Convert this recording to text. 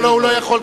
הוא לא יכול,